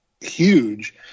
huge